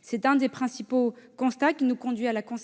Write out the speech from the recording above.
C'est l'un des principaux constats qui nous a conduits à concevoir